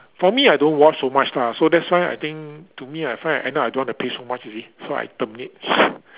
for me I don't watch so much lah so that's why I think to me I find I end up don't want pay so much you see so I terminate